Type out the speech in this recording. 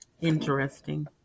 Interesting